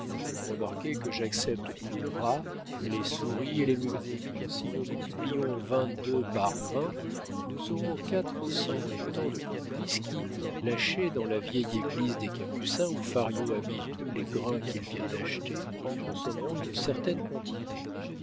remarquez que j'accepte pour rats les souris et les mulots si nous multiplions vingt-deux par vingt nous aurons quatre cent et tant de complices qui lâchés dans la vieille église des capucins où fario a mis tous les grains qu'il vient d'acheter en consommeront une certaine quantité